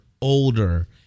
older